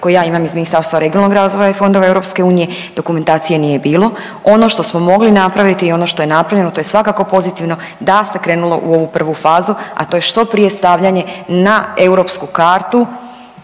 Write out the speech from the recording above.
ja imam iz Ministarstva regionalnog razvoja i fondova EU, dokumentacije nije bilo. Ono što smo mogli napraviti i ono što je napravljeno to je svakako pozitivno da se krenulo u ovu prvu fazu, a to je što prije stavljanje na europsku kartu